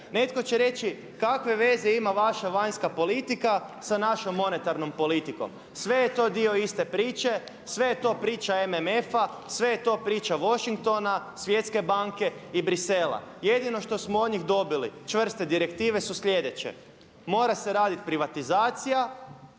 Netko će reći kakve veze ima vaša vanjska politika sa našom monetarnom politikom. Sve je to dio iste priče, sve je to priča MMF-a, sve je to priča Washingtona, Svjetske banke i Bruxellesa. Jedino što smo od njih dobili čvrste direktive su sljedeće: mora se radit privatizacija